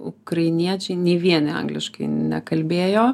ukrainiečiai nei vieni angliškai nekalbėjo